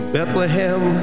Bethlehem